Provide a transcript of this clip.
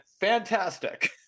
Fantastic